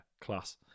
Class